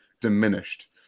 diminished